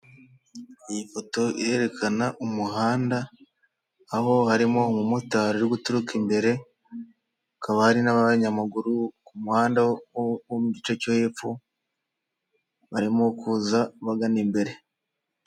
Iyi foto irerekana umuhanda aho harimo umumotari uri guturuka imbere hakaba hari n'abanyamaguru ku muhanda wo mu gice cyo hepfo barimo kuza bagana imbere.